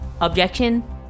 Objection